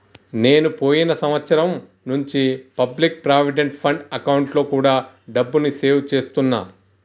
నేను పోయిన సంవత్సరం నుంచి పబ్లిక్ ప్రావిడెంట్ ఫండ్ అకౌంట్లో కూడా డబ్బుని సేవ్ చేస్తున్నా